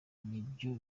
nibyo